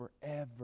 forever